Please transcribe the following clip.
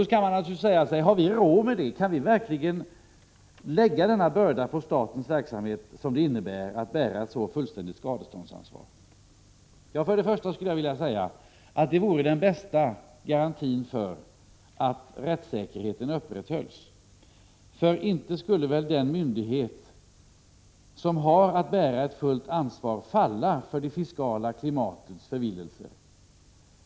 Man kan naturligtvis fråga sig om vi har råd med det. Kan vi verkligen lägga den börda på statens verksamhet som det innebär att ha ett så fullständigt skadeståndsansvar? Först och främst skulle jag vilja säga att det vore den bästa garantin för att rättssäkerheten upprätthölls. För inte skulle väl den myndighet som har att bära det fulla ansvaret falla för det fiskala klimatets förvillelser.